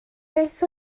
beth